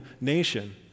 nation